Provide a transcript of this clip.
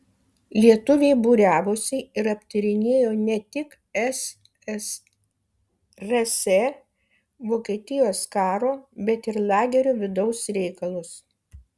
lietuviai būriavosi ir aptarinėjo ne tik ssrs vokietijos karo bet ir lagerio vidaus reikalus